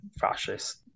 fascist